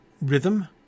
rhythm